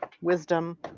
wisdom